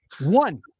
One